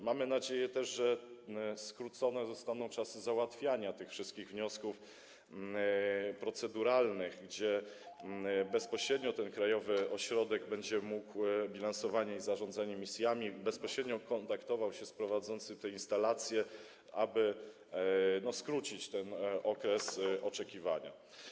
Mamy nadzieję, że skrócony zostanie czas załatwiania wszystkich wniosków proceduralnych, gdzie bezpośrednio krajowy ośrodek będzie mógł bilansowanie i zarządzanie misjami... będzie bezpośrednio kontaktował się z prowadzącym te instalacje, aby skrócić okres oczekiwania.